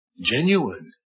genuine